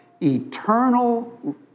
Eternal